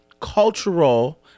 cultural